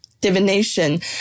Divination